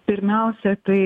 pirmiausia tai